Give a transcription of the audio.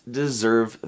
deserve